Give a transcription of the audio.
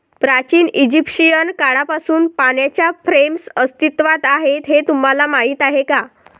प्राचीन इजिप्शियन काळापासून पाण्याच्या फ्रेम्स अस्तित्वात आहेत हे तुम्हाला माहीत आहे का?